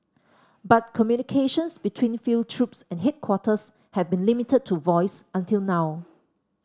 but communications between field troops and headquarters have been limited to voice until now